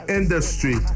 industry